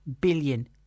billion